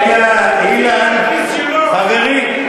רגע, אילן, חברים.